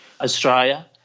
Australia